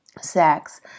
sex